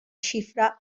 xifra